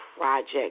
Project